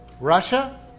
Russia